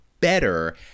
better